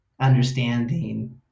understanding